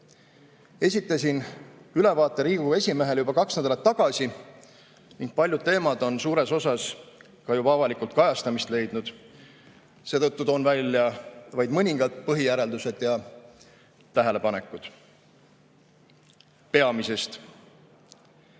Esitasin ülevaate Riigikogu esimehele juba kaks nädalat tagasi ning paljud teemad on suures osas ka juba avalikult kajastamist leidnud. Seetõttu toon välja vaid mõningad põhijäreldused ja tähelepanekud. Peamisest.